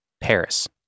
Paris